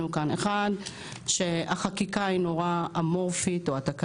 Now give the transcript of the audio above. כאן: ראשית החקיקה היא אמורפית מאוד.